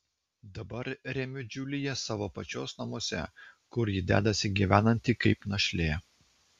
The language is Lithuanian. dabar remiu džiuliją savo pačios namuose kur ji dedasi gyvenanti kaip našlė